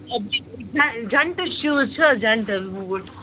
gents shoes چھِ حظ gents بوٗٹھ